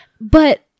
but-